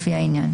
לפי העניין,